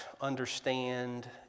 understand